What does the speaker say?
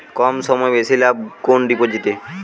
কম সময়ে বেশি লাভ কোন ডিপোজিটে?